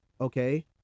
okay